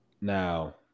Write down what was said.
Now